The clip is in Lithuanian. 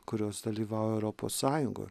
kurios dalyvauja europos sąjungoj